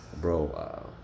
Bro